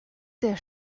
der